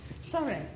Sorry